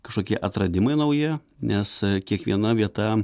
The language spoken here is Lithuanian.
kažkokie atradimai nauji nes kiekviena vieta